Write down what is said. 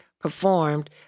performed